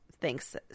Thanks